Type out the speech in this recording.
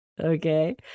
okay